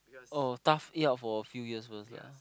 oh tough it up for a few years first lah